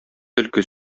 төлке